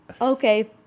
okay